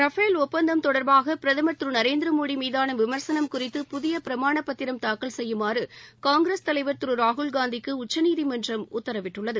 Rafale ஒப்பந்தம் தொடர்பாக பிரதமர் திரு நரேந்திர மோடி மீதான விமர்சனம் குறித்து புதிய பிரமாணப் பத்திரம் தாக்கல் செய்யுமாறு காங்கிரஸ் தலைவர் திரு ராகுல்காந்திக்கு உச்சநீதிமன்றம் உத்தரவிட்டுள்ளது